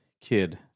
kid